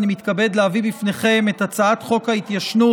אני מתכבד להביא בפניכם את הצעת חוק ההתיישנות